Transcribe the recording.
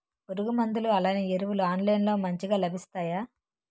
పురుగు మందులు అలానే ఎరువులు ఆన్లైన్ లో మంచిగా లభిస్తాయ?